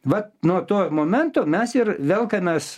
vat nuo to momento mes ir velkamės